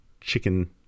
chicken